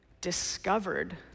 discovered